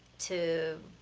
to